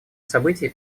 событий